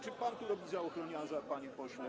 Czy pan tu robi za ochroniarza, panie pośle?